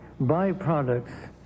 byproducts